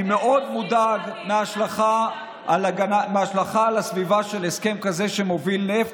אני מאוד מודאג מההשלכה על הסביבה של הסכם כזה שמוביל נפט,